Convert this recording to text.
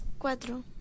Cuatro